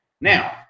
now